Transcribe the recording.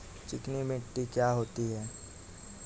चिकनी मिट्टी क्या होती है?